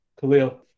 Khalil